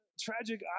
tragic